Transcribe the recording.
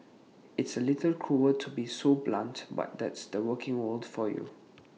it's A little cruel to be so blunt but that's the working world for you